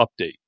update